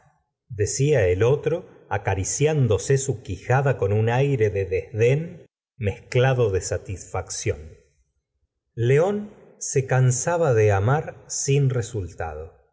decía el otro acariciando su quijada con un aire de desdén mezclado de satisfacción león se cansaba de amar sin resultado